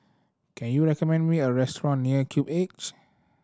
can you recommend me a restaurant near Cube eights